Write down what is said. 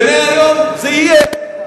ומהיום זה יהיה.